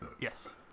Yes